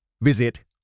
visit